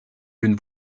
d’une